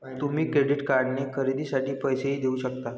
तुम्ही क्रेडिट कार्डने खरेदीसाठी पैसेही देऊ शकता